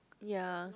ya